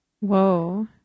Whoa